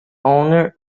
owner